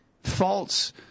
false